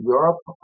Europe